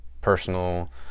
personal